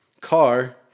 car